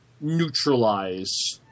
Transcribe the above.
neutralize